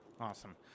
Awesome